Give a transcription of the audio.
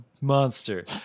monster